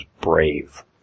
brave